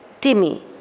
Timmy